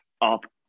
up